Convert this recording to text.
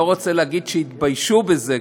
לא רוצה להגיד שהתביישו בזה,